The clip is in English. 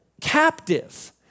captive